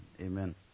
Amen